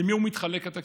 בין מי הוא מתחלק, התקציב?